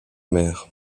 mère